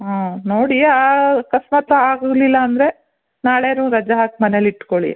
ಹಾಂ ನೋಡಿ ಆಕಸ್ಮಾತ್ ಆಗಲಿಲ್ಲ ಅಂದರೆ ನಾಳೆನೂ ರಜೆ ಹಾಕಿ ಮನೇಲಿ ಇಟ್ಕೊಳ್ಳಿ